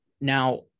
Now